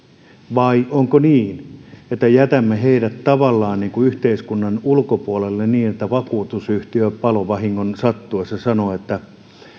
vai onko niin että jätämme heidät tavallaan yhteiskunnan ulkopuolelle niin että vakuutusyhtiö palovahingon sattuessa sanoo että